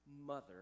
mother